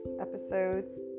Episodes